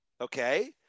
Okay